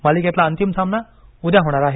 मालिकेतला अंतिम सामना उद्या होणार आहे